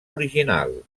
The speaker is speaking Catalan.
original